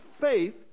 faith